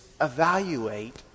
evaluate